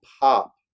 pop